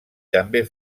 també